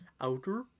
outer